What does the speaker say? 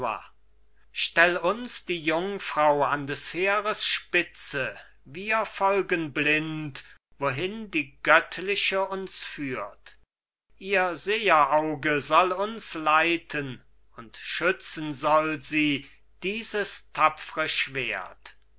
stell uns die jungfrau an des heeres spitze wir folgen blind wohin die göttliche uns führt ihr seherauge soll uns leiten und schützen soll sie dieses tapfre schwert